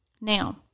Now